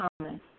common